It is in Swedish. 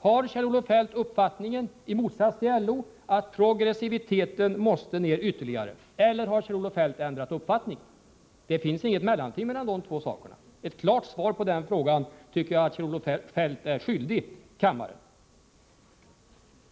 Har Kjell-Olof Feldt uppfattningen, i motsats till LO, att progressiviteten måste ner ytterligare eller har Kjell-Olof Feldt ändrat uppfattning? Det finns inget mellanting mellan de två sakerna. Ett klart svar på den frågan tycker jag att Kjell-Olof Feldt är skyldig kammaren.